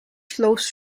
flows